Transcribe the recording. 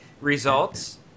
results